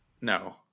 No